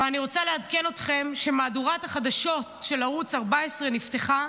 אבל אני רוצה לעדכן אתכם שמהדורת החדשות של ערוץ 14 נפתחה,